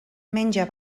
menja